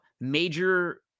Major